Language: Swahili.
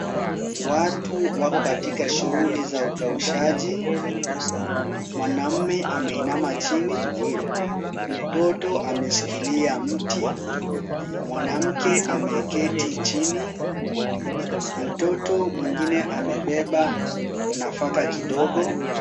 Watu wako katika shughuli za ukaushaji. Mwanamme ameinama chini. Mtoto ameshikilia mti. Mwanamke ameketi chini. Mtoto mwingine amebeba nafaka kidogo.